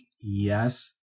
Yes